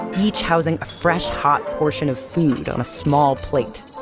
each housing a fresh, hot portion of food on a small plate.